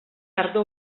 ardo